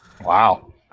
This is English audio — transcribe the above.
Wow